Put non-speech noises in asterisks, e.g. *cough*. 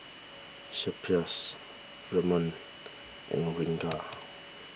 Suppiah *noise* Ramnath and Ranga